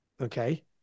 Okay